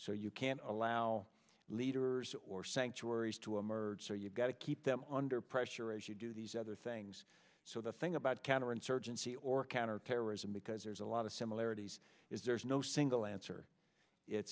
so you can allow leaders or sanctuaries to emerge so you've got to keep them under pressure as you do these other things so the thing about counterinsurgency or counterterrorism because there's a lot of similarities is there is no single answer it